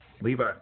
Levi